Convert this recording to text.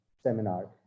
seminar